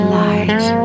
light